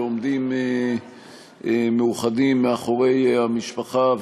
ועומדים מאוחדים מאחורי המשפחה,